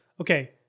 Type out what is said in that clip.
okay